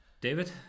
David